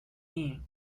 inc